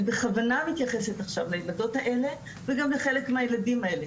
בכוונה מתייחסת עכשיו לילדות האלה וגם לחלק מהילדים האלה,